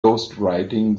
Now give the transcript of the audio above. ghostwriting